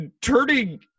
turning